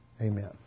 Amen